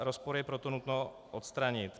Rozpor je proto nutno odstranit.